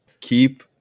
Keep